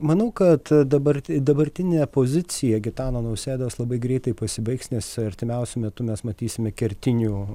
ir manau kad dabar dabartinė pozicija gitano nausėdos labai greitai pasibaigs nes artimiausiu metu mes matysime kertinių